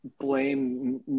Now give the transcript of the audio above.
blame